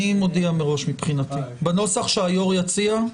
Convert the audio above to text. אני מודיע מראש, בנוסח שהיו"ר יציע,